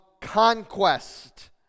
conquest